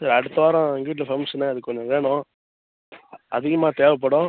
சரி அடுத்த வாரம் எங்கள் வீட்டில் ஃபங்க்ஷன்னு அதுக்கு கொஞ்சம் வேணும் அதிகமாக தேவைப்படும்